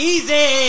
Easy